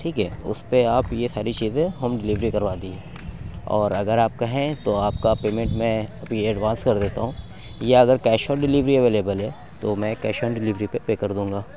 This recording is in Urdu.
ٹھیک ہے اُس پہ آپ یہ ساری چیزیں ہوم ڈلیوری کروا دیجیے اور اگر آپ کہیں تو آپ کا پیمنٹ میں ابھی ایڈوانس کر دیتا ہوں یا اگر کیش آن ڈلیوری اویلیبل ہے تو میں کیش آن ڈلیور پہ پے کر دوں گا